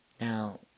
Now